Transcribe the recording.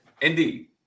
indeed